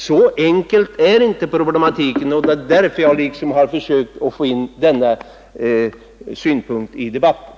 Så enkel är inte problematiken, och det är därför jag försökt få in denna synpunkt i debatten.